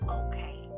okay